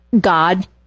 God